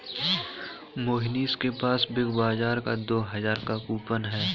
मोहनीश के पास बिग बाजार का दो हजार का कूपन है